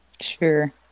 Sure